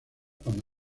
cuando